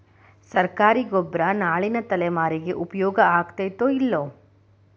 ಸರ್ಕಾರಿ ಗೊಬ್ಬರ ನಾಳಿನ ತಲೆಮಾರಿಗೆ ಉಪಯೋಗ ಆಗತೈತೋ, ಇಲ್ಲೋ?